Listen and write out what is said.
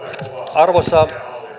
arvoisa